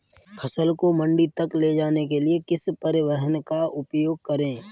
फसल को मंडी तक ले जाने के लिए किस परिवहन का उपयोग करें?